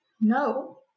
No